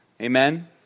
Amen